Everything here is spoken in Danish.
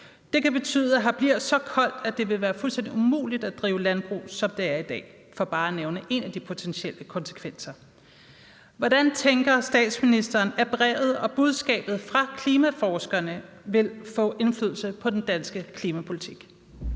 Det kan betyde, at her bliver så koldt, at det vil være fuldstændig umuligt at drive landbrug, som det gøres i dag, for bare at nævne en af de potentielle konsekvenser. Hvordan tænker statsministeren brevet og budskabet fra klimaforskerne vil flå indflydelse på den danske klimapolitik?